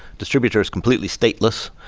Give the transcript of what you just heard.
distributor is completely stateless.